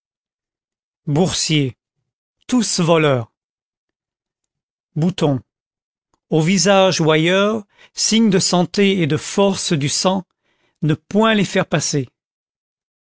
boursiers tous voleurs boutons au visage ou ailleurs signe de santé et de force du sang ne point les faire passer